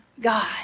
God